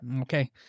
Okay